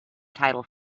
title